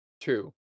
Two